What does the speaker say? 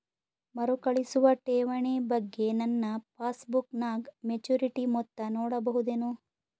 ಮರುಕಳಿಸುವ ಠೇವಣಿ ಬಗ್ಗೆ ನನ್ನ ಪಾಸ್ಬುಕ್ ನಾಗ ಮೆಚ್ಯೂರಿಟಿ ಮೊತ್ತ ನೋಡಬಹುದೆನು?